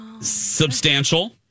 substantial